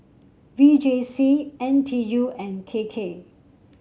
V J C N T U and K K